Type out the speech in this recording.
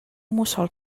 mussol